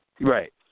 Right